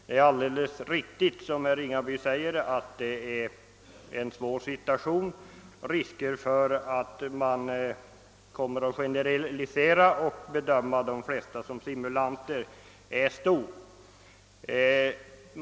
Det är riktigt att det är en svår situation, och risken för att man kommer att generalisera och bedöma de flesta som simulanter är stor.